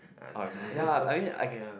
ya